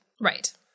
Right